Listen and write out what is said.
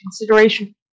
consideration